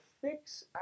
fix